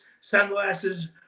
sunglasses